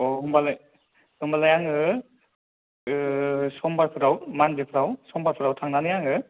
औ होनबालाय होनबालाय आङो समबारफ्राव मानदेफ्राव समबाराव थांनानै आङो